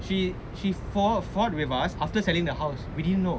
she she fought fought with us after selling the house we didn't know